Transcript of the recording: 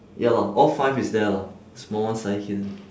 ya lah all five is there lah small ones slightly hidden